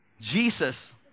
Jesus